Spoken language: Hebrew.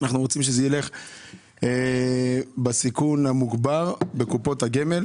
אנחנו רוצים שזה ילך בסיכון המוגבר בקופות הגמל.